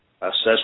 assess